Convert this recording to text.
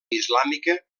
islàmica